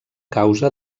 causa